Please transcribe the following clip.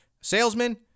Salesman